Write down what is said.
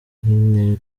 ibi